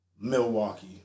Milwaukee